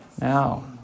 Now